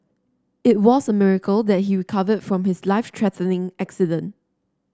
it was a miracle that he recovered from his life threatening accident